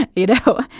and you know,